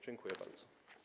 Dziękuję bardzo.